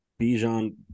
Bijan